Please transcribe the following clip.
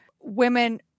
women